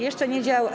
Jeszcze nie działa.